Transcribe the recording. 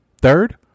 Third